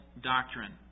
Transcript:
doctrine